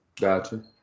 Gotcha